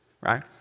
right